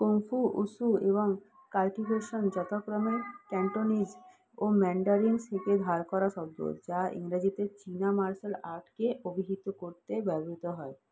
kung fu wushu এবং cultivation যথাক্রমে Cantonese ও ম্যান্ডারিনস থেকে ধার করা শব্দ যা ইংরাজিতে চীনা মার্শাল আর্টকে অভিহিত করতে ব্যবহিত হয়